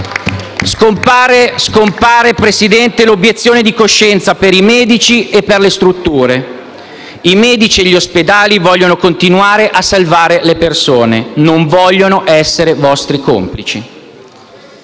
Scompare l'obiezione di coscienza per i medici e le strutture. I medici e gli ospedali vogliono continuare a salvare le persone, non vogliono essere vostri complici.